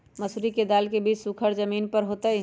मसूरी दाल के बीज सुखर जमीन पर होतई?